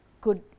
good